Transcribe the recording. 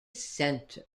centre